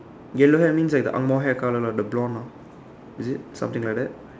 yellow hair means like the angmoh hair colour lah the blond ah is it something like that